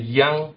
young